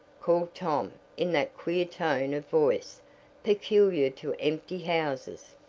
called tom in that queer tone of voice peculiar to empty houses.